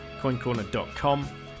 coincorner.com